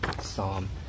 psalm